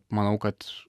manau kad